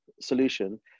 solution